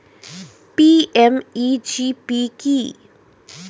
PMEGP কি?